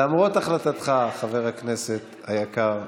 למרות החלטתך, חבר הכנסת היקר,